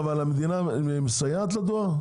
אבל המדינה מסייעת לדואר?